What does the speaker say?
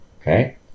Okay